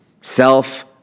Self